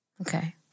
Okay